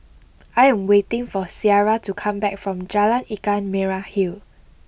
I am waiting for Ciara to come back from Jalan Ikan Merah Hill